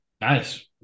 Nice